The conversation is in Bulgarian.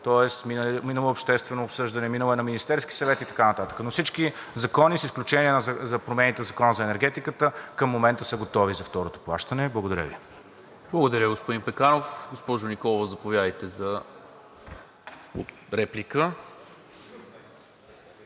тоест минало е обществено обсъждане, минало е на Министерски съвет и така нататък, но всички закони, с изключение на промените в Закона за енергетиката, към момента са готови за второто плащане. Благодаря Ви. ПРЕДСЕДАТЕЛ НИКОЛА МИНЧЕВ: Благодаря Ви, господин Пеканов. Госпожо Николова, заповядайте за реплика.